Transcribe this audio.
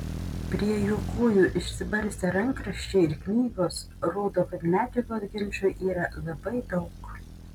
prie jų kojų išsibarstę rankraščiai ir knygos rodo kad medžiagos ginčui yra labai daug